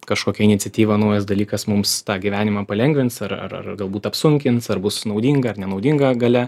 kažkokia iniciatyva naujas dalykas mums tą gyvenimą palengvins ar ar ar galbūt apsunkins ar bus naudinga ir nenaudinga gale